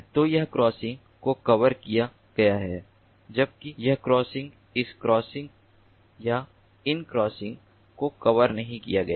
तो यह क्रॉसिंग को कवर किया गया है जबकि यह क्रॉसिंग इस क्रॉसिंग या इन क्रॉसिंग को कवर नहीं किया गया है